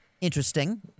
interesting